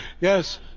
Yes